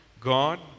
God